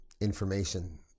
information